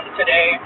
today